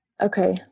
Okay